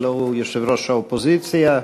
הלוא הוא יושב-ראש האופוזיציה,